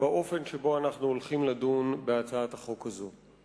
באופן שבו אנחנו הולכים לדון בהצעת החוק הזאת.